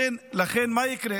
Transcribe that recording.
הפוך.